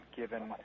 given